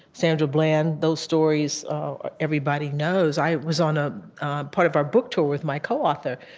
sandra bland, those stories everybody knows. i was on a part of our book tour with my coauthor,